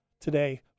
today